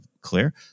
clear